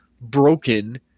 broken